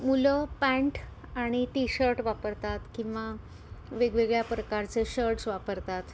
मुलं पॅन्ट आणि टीशर्ट वापरतात किंवा वेगवेगळ्या प्रकारचे शर्ट्स वापरतात